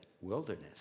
wilderness